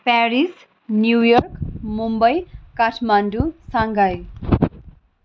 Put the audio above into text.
Paris new york Mumbai Kathmandu Shanghai